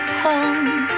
home